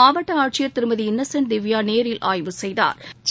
மாவட்ட ஆட்சியர் திருமதி இன்னசென்ட் திவ்யா நேரில் ஆய்வு செய்தாா்